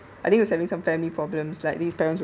I think he was having some family problems like his parents were